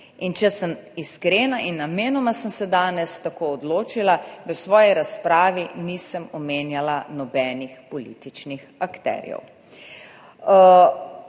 Če sem iskrena, namenoma sem se danes tako odločila, da v svoji razpravi nisem omenjala nobenih političnih akterjev,